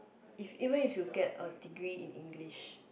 if even if you get a degree in English